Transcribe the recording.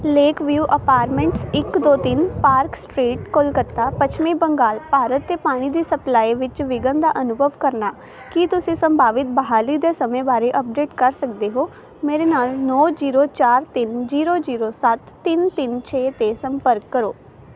lake view apartments ਇੱਕ ਦੋ ਤਿੰਨ ਪਾਰਕ ਸਟ੍ਰੀਟ ਕਲਕੱਤਾ ਪੱਛਮੀ ਬੰਗਾਲ ਭਾਰਤ 'ਤੇ ਪਾਣੀ ਦੀ ਸਪਲਾਈ ਵਿੱਚ ਵਿਘਨ ਦਾ ਅਨੁਭਵ ਕਰਨਾ ਕੀ ਤੁਸੀਂ ਸੰਭਾਵਿਤ ਬਹਾਲੀ ਦੇ ਸਮੇਂ ਬਾਰੇ ਅੱਪਡੇਟ ਕਰ ਸਕਦੇ ਹੋ ਮੇਰੇ ਨਾਲ ਨੌਂ ਜੀਰੋ ਚਾਰ ਤਿੰਨ ਜੀਰੋ ਜੀਰੋ ਸੱਤ ਤਿਨ ਤਿੰਨ ਛੇ 'ਤੇ ਸੰਪਰਕ ਕਰੋ